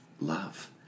love